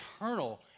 eternal